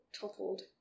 toppled